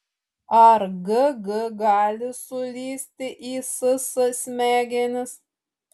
ar g g gali sulįsti į s s smegenis